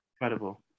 incredible